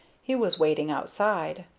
he was waiting outside.